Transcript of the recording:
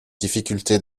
difficultés